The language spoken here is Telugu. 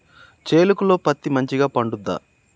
చేలుక లో పత్తి మంచిగా పండుద్దా?